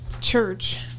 church